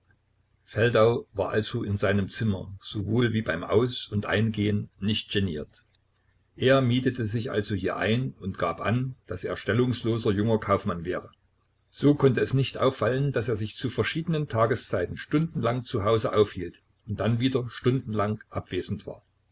feldau war also in seinem zimmer sowohl wie beim aus und eingehen nicht geniert er mietete sich also hier ein und gab an daß er stellungsloser junger kaufmann wäre so konnte es nicht auffallen daß er sich zu verschiedenen tageszeiten stundenlang zu hause aufhielt und dann wieder stundenlang abwesend war